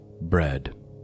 bread